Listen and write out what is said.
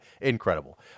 Incredible